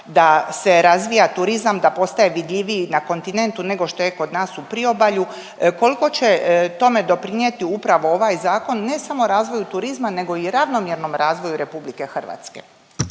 da se razvija turizam, da postaje vidljiviji na kontinentu nego što je kod nas u priobalju. Koliko će tome doprinijeti upravo ovaj zakon ne samo razvoju turizma nego i ravnomjernom razvoju Republike Hrvatske.